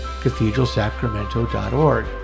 cathedralsacramento.org